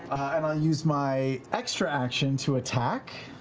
and i'll use my extra action to attack.